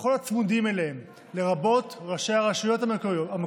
וכל הצמודים אליהם, לרבות ראשי הרשויות המקומיות.